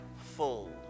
full